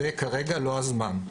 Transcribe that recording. זה כרגע לא הזמן.